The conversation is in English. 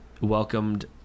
welcomed